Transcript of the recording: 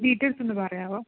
details ഒന്ന് പറയാമോ